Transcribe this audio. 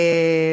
תודה.